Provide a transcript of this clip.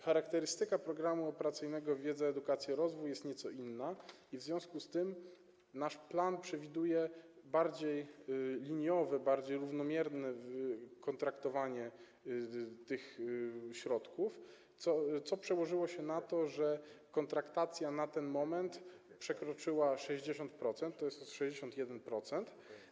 Charakterystyka Programu Operacyjnego „Wiedza, edukacja, rozwój” jest nieco inna i w związku z tym nasz plan przewiduje bardziej liniowe, bardziej równomierne kontraktowanie tych środków, co przełożyło się na to, że kontraktacja na ten moment przekroczyła 60%, 61%.